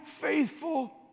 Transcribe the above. faithful